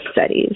studies